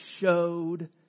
showed